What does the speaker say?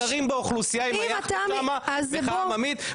כל המגזרים באוכלוסייה עם היאכטות שמה מאוד עממית.